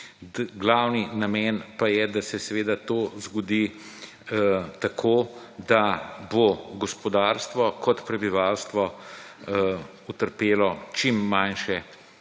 glavni namen pa je, da se seveda to zgodi tako, da bo gospodarstvo kot prebivalstvo utrpelo čim manjše